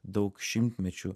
daug šimtmečių